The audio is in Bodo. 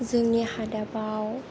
जोंनि हादाबाव